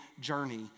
journey